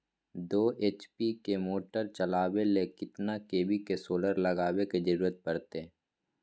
दो एच.पी के मोटर चलावे ले कितना के.वी के सोलर लगावे के जरूरत पड़ते?